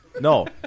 No